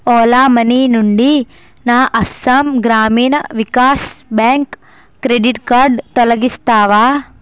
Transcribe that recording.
Ola money నుండి నా Assam Grameen Vikas bank credit card తొలగిస్తావా